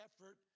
effort